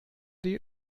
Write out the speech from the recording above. dir